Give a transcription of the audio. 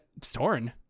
Storn